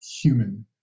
human